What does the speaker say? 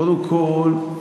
קודם כול,